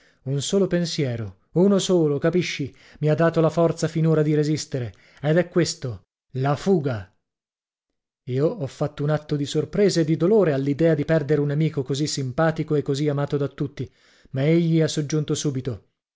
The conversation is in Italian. un solo pensiero uno solo capisci mi ha dato la forza finora di resistere ed è questo la fuga io ho fatto un atto di sorpresa e di dolore all'idea di perdere un amico così simpatico e così amato da tutti ma egli ha soggiunto subito